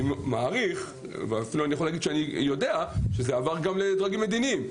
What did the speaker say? אני יכול להגיד שאני יודע שזה עבר גם לדרגים מדיניים,